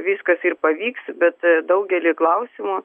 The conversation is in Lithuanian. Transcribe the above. viskas ir pavyks bet daugelį klausimų